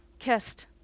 kissed